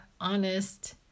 honest